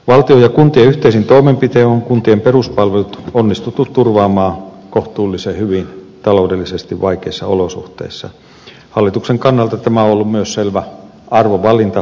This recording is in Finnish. valtion kuntien yhteisin toimenpitein on kuntien peruspalvelut onnistuttu turvaamaan kohtuullisen hyvin taloudellisesti vaikeissa olosuhteissa hallituksen kannalta tämä on myös selvä arvovalinta